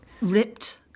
Ripped